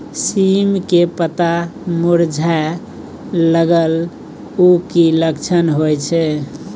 सीम के पत्ता मुरझाय लगल उ कि लक्षण होय छै?